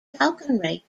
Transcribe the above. falconry